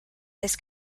this